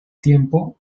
tiempo